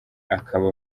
akaba